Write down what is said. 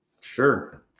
Sure